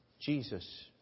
Jesus